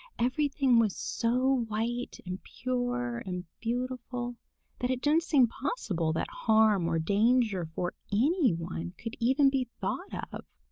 everything was so white and pure and beautiful that it didn't seem possible that harm or danger for anyone could even be thought of.